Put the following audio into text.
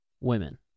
women